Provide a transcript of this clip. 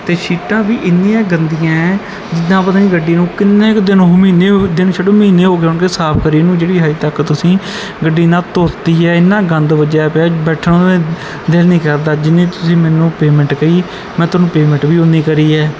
ਅਤੇ ਸੀਟਾਂ ਵੀ ਇੰਨੀਆਂ ਗੰਦੀਆਂ ਜਿੱਦਾਂ ਪਤਾ ਨਹੀਂ ਗੱਡੀ ਨੂੰ ਕਿੰਨੇ ਕੁ ਦਿਨ ਹੋ ਮਹੀਨੇ ਦਿਨ ਛੱਡੋ ਮਹੀਨੇ ਹੋ ਗਏ ਹੋਣਗੇ ਸਾਫ ਕਰੀ ਨੂੰ ਜਿਹੜੀ ਹਜੇ ਤੱਕ ਤੁਸੀਂ ਗੱਡੀ ਨਾ ਧੋਤੀ ਹੈ ਇੰਨਾ ਗੰਦ ਵੱਜਿਆ ਪਿਆ ਬੈਠਣ ਨੂੰ ਤਾਂ ਦਿਲ ਨਹੀਂ ਕਰਦਾ ਜਿੰਨੀ ਤੁਸੀਂ ਮੈਨੂੰ ਪੇਮੈਂਟ ਕਹੀ ਮੈਂ ਤੁਹਾਨੂੰ ਪੇਮੈਂਟ ਵੀ ਉੱਨੀ ਕਰੀ ਹੈ